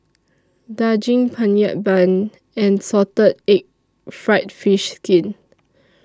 Daging Penyet Bun and Salted Egg Fried Fish Skin